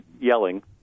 yelling